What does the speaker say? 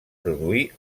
produir